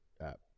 app